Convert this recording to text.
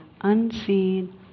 unseen